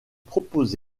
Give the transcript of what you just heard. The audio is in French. proposés